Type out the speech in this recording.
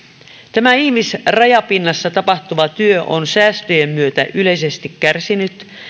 tämä ihmisrajapinnassa tapahtuva työ on säästöjen myötä yleisesti kärsinyt